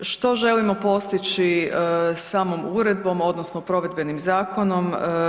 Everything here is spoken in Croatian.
Što želimo postići samom uredbom, odnosno provedbenim zakonom?